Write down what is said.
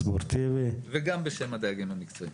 וגם בשם הדייגים המקצועיים.